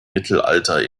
mittelalter